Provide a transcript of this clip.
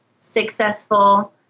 successful